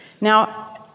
Now